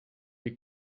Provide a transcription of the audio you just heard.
die